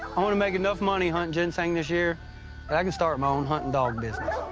i want to make enough money hunting ginseng this year that i can start my own hunting dog business.